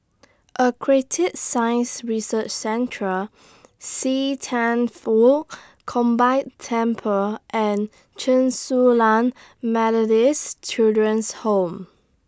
Aquatic Science Research Central See Thian Foh Combined Temple and Chen Su Lan Methodist Children's Home